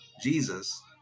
Jesus